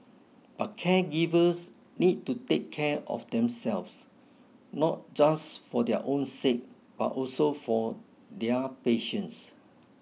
but caregivers need to take care of themselves not just for their own sake but also for their patients